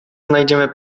znajdziemy